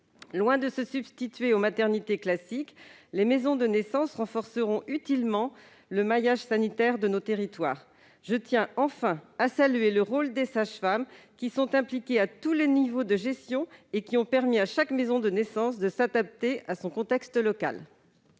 Loin de se substituer aux maternités classiques, les maisons de naissance renforceront utilement le maillage sanitaire de nos territoires. Je tiens, pour terminer, à saluer le rôle des sages-femmes, qui sont impliquées à tous les niveaux de gestion et qui ont permis à chaque maison de naissance de s'adapter à son contexte local.